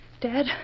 Dad